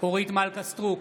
אורית מלכה סטרוק,